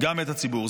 גם את הציבור.